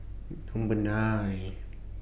Number nine